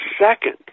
second